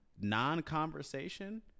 non-conversation